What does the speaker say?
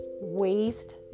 waste